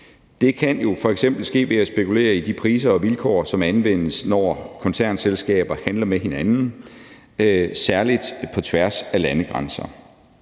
Det kan jo f.eks. ske ved at spekulere i de priser og vilkår, som anvendes, når koncernselskaber handler med hinanden, særlig på tværs af landegrænser.